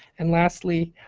and lastly,